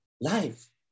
life